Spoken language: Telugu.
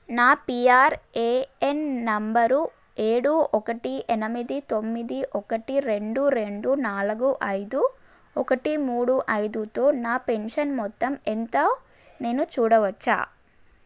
నా పిఆర్ఏఎన్ నంబరు ఏడు ఒకటి ఎనిమిది తొమ్మిది ఒకటి రెండు రెండు నాలుగు ఐదు ఒకటి మూడు ఐదుతో నా పెన్షన్ మొత్తం ఎంత నేను చూడవచ్చా